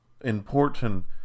important